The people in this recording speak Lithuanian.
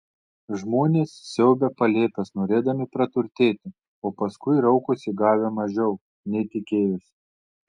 žmonės siaubia palėpes norėdami praturtėti o paskui raukosi gavę mažiau nei tikėjosi